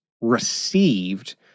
received